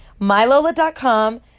MyLola.com